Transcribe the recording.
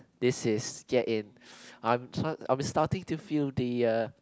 this is getting I'm st~ I'm starting to feel the err